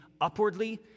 upwardly